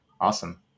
Awesome